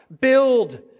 build